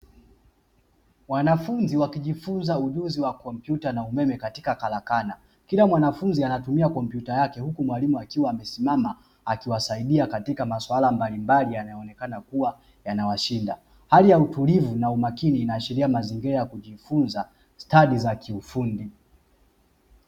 Wanafunzi wakijifunza ujuzi wa kompyuta na umeme katika karakana, kila mwanafunzi anatumia kompyuta yake, huku mwalimu akiwa amesimama akiwasaidia katika maswala mbalimbali yanayoonekana kua yanawashinda. Hali ya utulivu na umakini inaashiria mazingira ya kujifunza stadi za kiufundi.